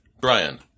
Brian